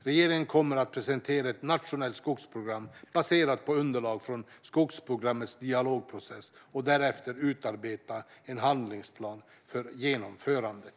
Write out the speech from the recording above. Regeringen kommer att presentera ett nationellt skogsprogram baserat på underlag från skogsprogrammets dialogprocess och därefter utarbeta en handlingsplan för genomförandet.